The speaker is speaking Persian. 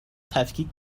تفکیک